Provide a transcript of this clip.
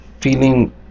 feeling